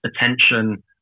attention